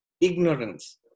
ignorance